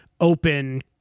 open